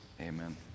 Amen